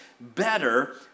better